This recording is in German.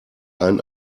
ein